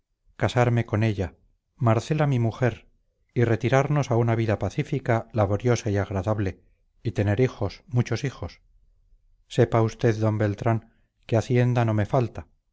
casarme con ella marcela mi mujer y retirarnos a una vida pacífica laboriosa y agradable y tener hijos muchos hijos sepa usted d beltrán que hacienda no me falta